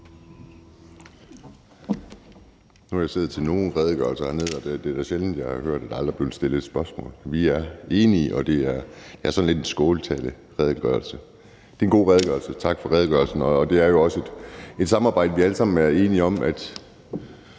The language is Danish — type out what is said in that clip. Nu har jeg siddet til nogle redegørelser hernede, og det er da sjældent, jeg har hørt, at der aldrig er blevet stillet et spørgsmål. Vi er enige, og det er sådan lidt en skåltaleredegørelse. Det er en god redegørelse, tak for redegørelsen. Det er jo også et samarbejde, vi alle sammen er enige om kan